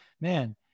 man